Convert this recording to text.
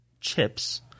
chips